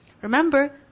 Remember